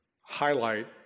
highlight